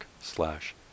slash